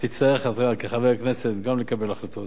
תצטרך כחבר כנסת גם לקבל החלטות